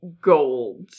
gold